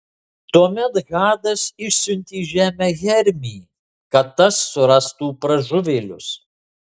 tuomet hadas išsiuntė į žemę hermį kad tas surastų pražuvėlius